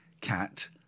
cat